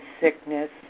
sickness